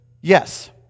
Yes